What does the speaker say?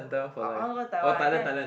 I I want go Taiwan I think I